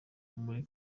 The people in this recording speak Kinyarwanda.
uri